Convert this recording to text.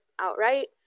outright